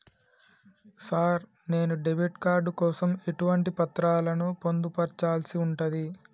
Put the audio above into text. Sir నేను debit card కోసం ఎటువంటి పత్రాలను పొందుపర్చాల్సి ఉంటది?